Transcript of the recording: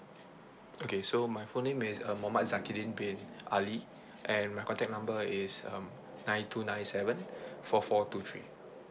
okay so my full name is um muhammad zakidin bin ali and my contact number is um nine two nine seven four four two three